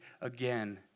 again